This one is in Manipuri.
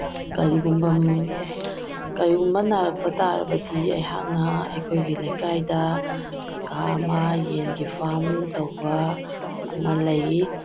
ꯀꯔꯤꯒꯨꯝꯕ ꯀꯔꯤꯒꯨꯝꯕ ꯅꯥꯔꯛꯄ ꯇꯥꯔꯕꯗꯤ ꯑꯩꯍꯥꯛꯅ ꯑꯩꯈꯣꯏꯒꯤ ꯂꯩꯀꯥꯏꯗ ꯀꯀꯥ ꯑꯃ ꯌꯦꯟꯒꯤ ꯐꯥꯝ ꯇꯧꯕ ꯑꯃ ꯂꯩ